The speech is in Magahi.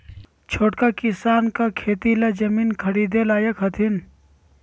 छोटका किसान का खेती ला जमीन ख़रीदे लायक हथीन?